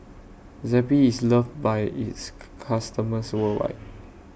Zappy IS loved By its customers worldwide